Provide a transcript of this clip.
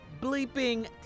bleeping